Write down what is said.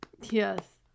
Yes